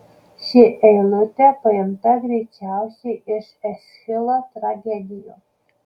ši eilutė paimta greičiausiai iš eschilo tragedijų